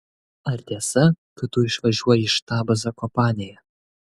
ar tiesa kad tu išvažiuoji į štabą zakopanėje